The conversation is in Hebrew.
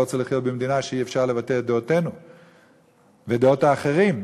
אני לא רוצה לחיות במדינה שבה אי-אפשר לבטא את דעותינו ודעות האחרים.